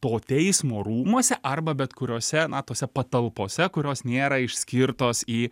to teismo rūmuose arba bet kuriose na tose patalpose kurios nėra išskirtos į